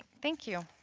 thank you